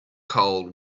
called